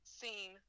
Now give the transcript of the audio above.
seen